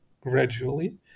gradually